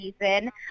season